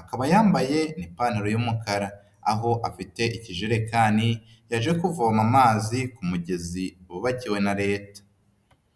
akaba yambaye n'ipantaro y'umukara, aho afite ikijerekani yaje kuvoma amazi ku mugezi bubakiwe na Leta.